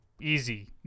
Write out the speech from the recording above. easy